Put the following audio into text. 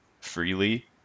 freely